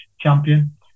champion